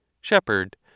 SHEPHERD